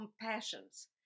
compassions